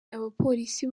abapolisi